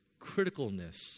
criticalness